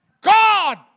God